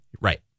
Right